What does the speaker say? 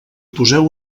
poseu